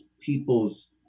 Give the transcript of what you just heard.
people's